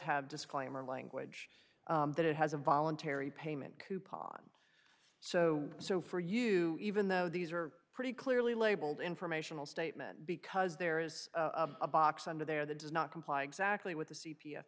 have disclaimer language that it has a voluntary payment coupon so so for you even though these are pretty clearly labeled informational statement because there is a box under there that does not comply exactly with the c p